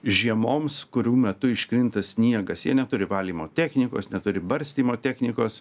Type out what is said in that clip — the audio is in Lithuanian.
žiemoms kurių metu iškrinta sniegas jie neturi valymo technikos neturi barstymo technikos